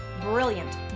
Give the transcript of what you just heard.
brilliant